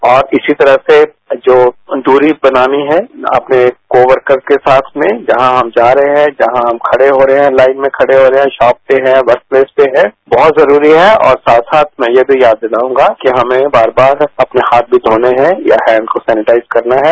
और इसी तरह से जो दूरी बनानी है अपने को वर्कर के साथ में जहां हम जा रहे हैं जहां हम खड़े हो रहे हैं ताइन में खड़े हो रहे हैं सोप पर हैं वर्कलेस पर है बहुत जरूरी है और साथ साथ में ये भी याद दिलाऊंगा कि हमें बार बार अपने हाथ भी धोने हैं या हैंड को सैनेटाइज करना है